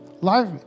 life